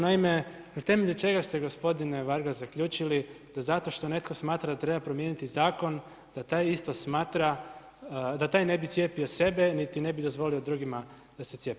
Naime, na temelju čega ste gospodine Varga zaključili da zato što netko smatra da treba promijeniti zakon da taj isto smatra da taj ne bi cijepio sebe niti ne bi dozvolio drugima da se cijepe?